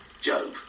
job